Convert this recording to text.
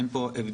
אין פה הבדל.